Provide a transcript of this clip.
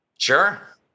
sure